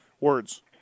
words